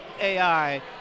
AI